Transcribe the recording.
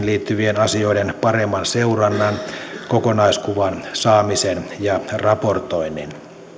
liittyvien asioiden paremman seurannan kokonaiskuvan saamisen ja raportoinnin